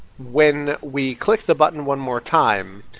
when we click the button one more time,